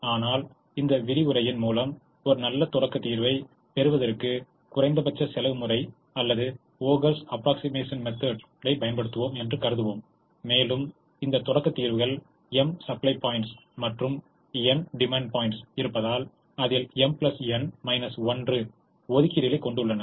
ஆனால் இந்த விரிவுரையின் மூலம் ஒரு நல்ல தொடக்கத் தீர்வைப் பெறுவதற்கு குறைந்தபட்ச செலவு முறை அல்லது வோகல்ஸ் ஆஃப்ரொக்ஸிமேஷன் மெத்தெடைப் Vogels approximation method பயன்படுத்துவோம் என்று கருதுவோம் மேலும் இந்த தொடக்கத் தீர்வுகள் m சப்ளை பாய்ண்ட்ஸ் மற்றும் n டிமாண்ட் பாய்ண்ட்ஸ் இருப்பதால் அதில் m n 1 ஒதுக்கீடுகளைக் கொண்டுள்ளன